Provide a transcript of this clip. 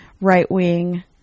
right-wing